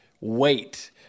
wait